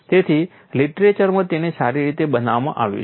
તેથી લીટરેચરમાં તેને સારી રીતે બતાવવામાં આવ્યું છે